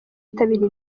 yitabiriye